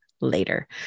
later